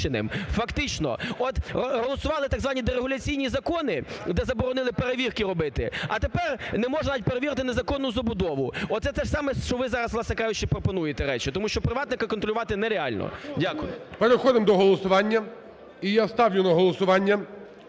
переходимо до голосування. Я ставлю на голосування